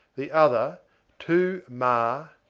the other two mar,